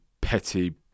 petty